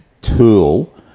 tool